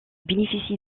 bénéficie